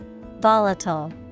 Volatile